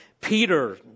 Peter